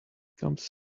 comes